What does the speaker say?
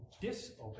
disobey